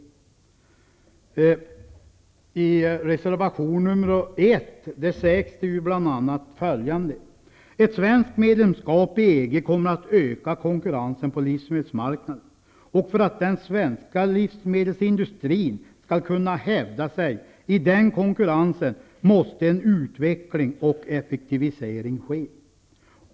I reservation nr 1 sägs det bl.a. följande: ''Ett svenskt medlemskap i EG kommer att öka konkurrensen på livsmedelsmarknaden, och för att den svenska livsmedelsindustrin skall kunna hävda sig i den konkurrensen måste en utveckling och effektivisering ske.